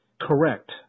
correct